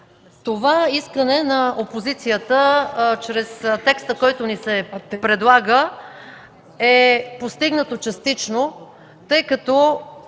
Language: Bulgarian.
Това искане на опозицията чрез текста, който ни се предлага, е постигнато частично, тъй като